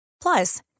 Plus